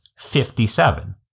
57